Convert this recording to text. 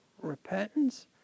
repentance